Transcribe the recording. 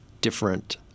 different